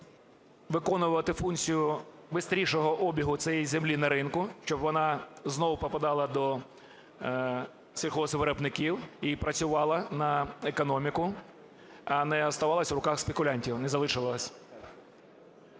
виконувати функцію бистрішого обігу цієї землі на ринку, щоб вона знову попадала до сільгоспвиробників і працювала на економіку, а не оставалась у руках спекулянтів, не залишилась.